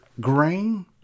grain